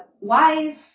wise